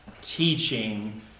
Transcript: teaching